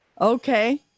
okay